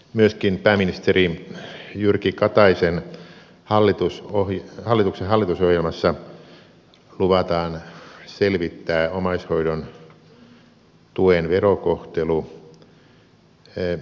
myöskin pääministeri jyrki kataisen hallituksen hallitusohjelmassa luvataan selvittää omaishoidon tuen verokohtelu